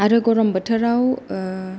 आरो गरम बोथोराव